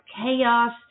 chaos